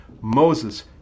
Moses